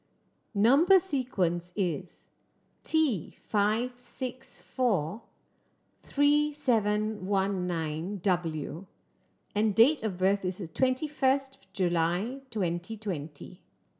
number sequence is T five six four three seven one nine W and date of birth is twenty first July twenty twenty